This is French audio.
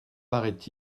paraît